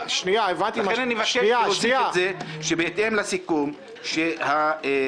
לכן אני מבקש להוסיף את זה שבהתאם לסיכום --- לכן,